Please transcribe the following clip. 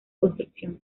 construcción